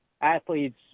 athletes